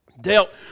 dealt